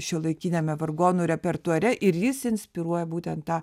šiuolaikiniame vargonų repertuare ir jis inspiruoja būtent tą